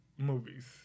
Movies